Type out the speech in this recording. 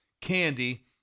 candy